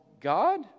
God